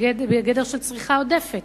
בגדר של צריכה עודפת,